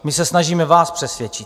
My se snažíme vás přesvědčit.